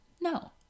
no